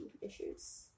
issues